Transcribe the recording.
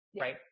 right